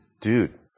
Dude